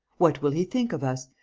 what will he think of us?